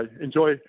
enjoy